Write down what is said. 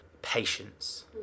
Patience